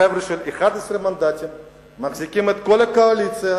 חבר'ה של 11 מנדטים מחזיקים את כל הקואליציה,